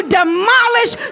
demolish